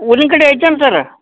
ಒಂದು ಕಡೆ ಆಯ್ತು ಏನು ಸರ್